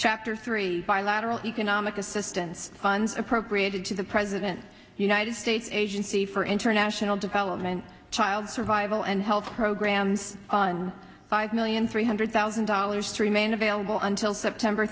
chapter three bilateral economic assistance funds appropriated to the president united states agency for international development child survival and health programs on five million three hundred thousand dollars to remain available until september